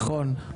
נכון.